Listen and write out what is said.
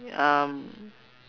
um